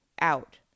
out